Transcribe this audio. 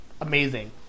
amazing